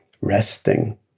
resting